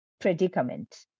predicament